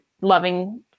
loving